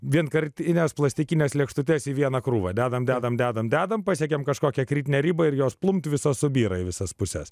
vienkartines plastikines lėkštutes į vieną krūvą dedame dedame dedame dedame pasiekėme kažkokią kritinę ribą ir jos plumpt visos subyra į visas puses